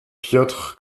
piotr